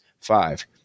Five